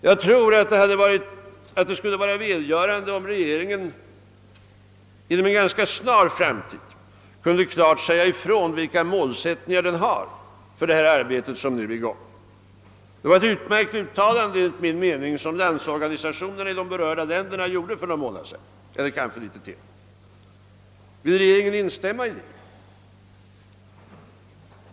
Jag tror att det skulle vara välgörande, om regeringen inom en ganska Snar framtid kunde klart säga ifrån vilka målsättningar den har för det arbete som nu är i gång. Enligt min mening var det ett utmärkt uttalande som landsorganisationerna i de berörda länderna gjorde för några månader sedan. Vill regeringen instämma i det?